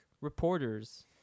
reporters